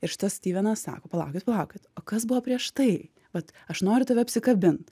ir šitas styvenas sako palaukit palaukit o kas buvo prieš tai vat aš noriu tave apsikabint